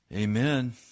Amen